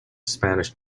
spanish